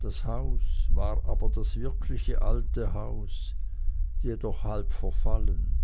das haus war aber das wirkliche alte haus jedoch halb verfallen